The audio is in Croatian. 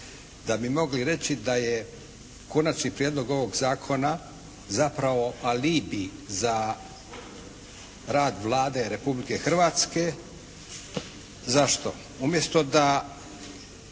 da bi mogli reći da je Konačni prijedlog ovog zakona zapravo alibi za rad Vlade Republike Hrvatske. Zašto? Umjesto da